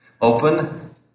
Open